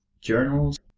journals